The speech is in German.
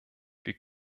wir